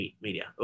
media